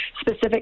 specific